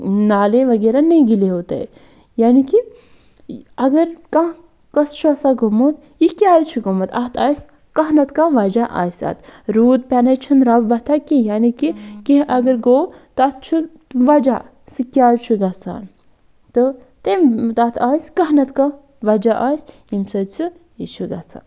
نالے وَغیرہ نہیں غیلے ہوتے ہے یعنی کہِ اَگر کانہہ کٲنسہِ چھُ آسان گوٚمُت یہِ کیازِ چھُ گوٚمُت اَتھ آسہِ کانٛہہ نہ تہٕ کانٛہہ وَجہ آسہِ اَتھ روٗد پٮ۪نَے چھِنہٕ رَب وۄتھان کِہی یعنی کہِ کیٚنہہ اَگر گوٚو تَتھ چھُ وَجہ سُہ کیازِ چھُ گژھان تہٕ تٔمۍ تَتھ آسہِ کانہہ نہ تہٕ کانہہ وجہ آسہِ ییٚمہِ سۭتۍ سُہ یہِ چھُ گژھان